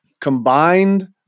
combined